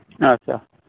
ᱟᱪᱪᱷᱟ